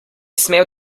smel